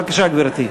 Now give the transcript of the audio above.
בבקשה, גברתי.